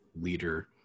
leader